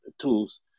tools